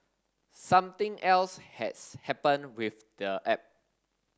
something else has happened with the app